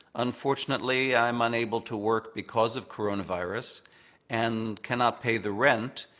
unfortunately, i'm unable to work because of coronavirus and cannot pay the rent.